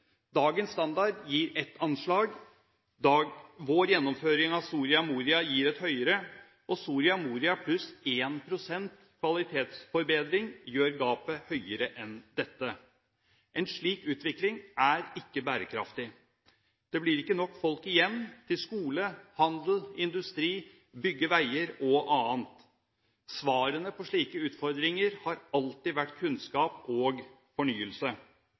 Dagens standard gir ett anslag – vår gjennomføring av Soria Moria gir et høyere, og Soria Moria pluss 1 pst. kvalitetsforbedring gjør gapet større enn dette. En slik utvikling er ikke bærekraftig. Det blir ikke nok folk igjen til skole, handel, industri, veibygging og annet. Svarene på slike utfordringer har alltid vært kunnskap og fornyelse.